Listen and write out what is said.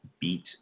beat